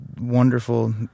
wonderful